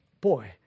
boy